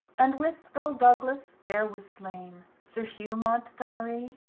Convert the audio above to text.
and with erle douglas, there was slaine sir hugh mountgomerye,